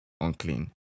unclean